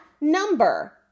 number